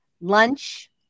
lunch